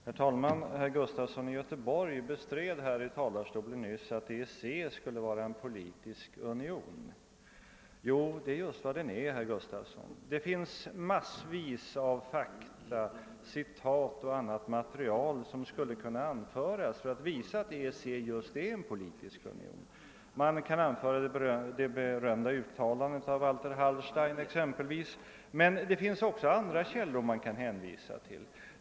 Herr talman! Herr Gustafson i Göteborg bestred nyss från talarstolen att EEC skulle vara en politisk union. Jo, det är just vad den är, herr Gustafson. Det finns massvis av fakta, citat och annat material som skulle kunna anföras för att visa att EEC är just en politisk union. Man kan exempelvis anföra det berömda uttalandet av Walter Hallstein, man kan också hänvisa till andra källor.